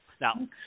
Now